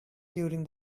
during